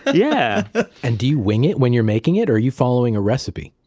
yeah and do you wing it when you're making it, or are you following a recipe?